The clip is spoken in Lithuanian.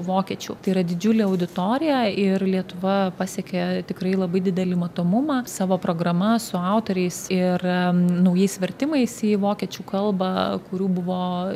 vokiečių yra didžiulė auditorija ir lietuva pasiekė tai tikrai labai didelį matomumą savo programa su autoriais ir naujais vertimais į vokiečių kalbą kurių buvo